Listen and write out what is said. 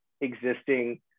existing